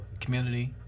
community